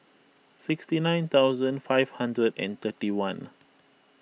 sixty nine thousand five hundred and thirty one